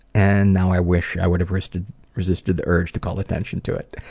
and now i wish i would have resisted resisted the urge to call attention to it.